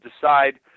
decide